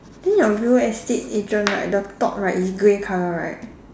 then your real estate agent right the top right is grey color right